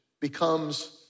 becomes